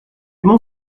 mont